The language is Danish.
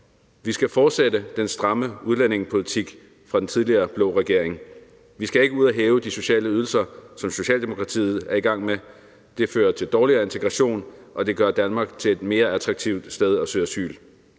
Vi skal fortsætte den stramme udlændingepolitik fra den tidligere blå regerings side. Vi skal ikke ud at hæve de sociale ydelser, som Socialdemokratiet er i gang med, for det fører til dårligere integration, og det gør Danmark til et mere attraktivt sted at søge asyl.